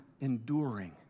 enduring